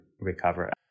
recover